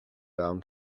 down